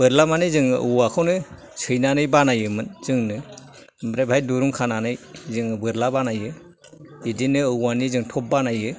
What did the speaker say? बोरला मानि जोङो औवाखौनो सैनानै बानायोमोन जोंनो ओमफ्राय बाहाय दिरुं खानानै जों बोरला बानायो बिदिनो औवानि जों थब बानायो